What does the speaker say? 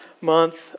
Month